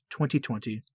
2020